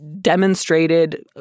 demonstrated